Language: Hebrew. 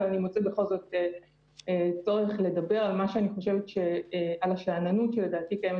אבל אני מוצאת בכל זאת צורך לדבר על השאננות שלדעתי קיימת